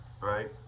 right